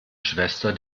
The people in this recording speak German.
schwester